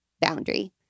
boundary